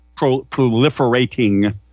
proliferating